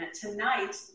Tonight